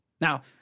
Now